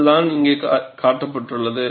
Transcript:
அதுதான் இங்கே காட்டப்பட்டுள்ளது